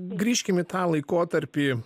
grįžkim į tą laikotarpį